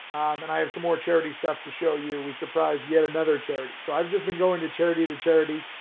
and i have some more charity stuff to show you. we surprised yet another charity. so i've just been going to charity to charity,